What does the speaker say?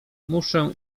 muszę